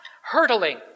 hurtling